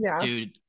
dude